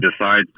decides